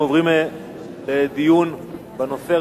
אנחנו עוברים לדיון בנושא.